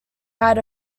had